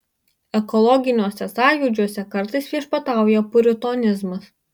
ekologiniuose sąjūdžiuose kartais viešpatauja puritonizmas